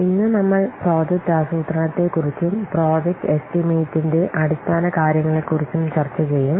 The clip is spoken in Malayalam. ഇന്ന് നമ്മൾ പ്രോജക്റ്റ് ആസൂത്രണത്തെക്കുറിച്ചും പ്രോജക്റ്റ് എസ്റ്റിമേറ്റിന്റെ അടിസ്ഥാന കാര്യങ്ങളെക്കുറിച്ചും ചർച്ച ചെയ്യും